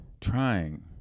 Trying